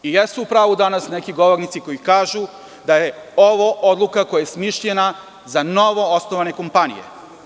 U pravu su danas neki govornici koji kažu da je ovo odluka koja je smišljena za novoosnovane kompanije.